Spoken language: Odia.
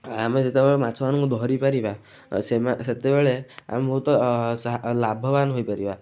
ଆମେ ଯେତେବେଳେ ମାଛମାନଙ୍କୁ ଧରିପାରିବା ସେମାନେ ସେତେବେଳେ ଆମେ ବହୁତ ଲାଭବାନ ହୋଇପାରିବା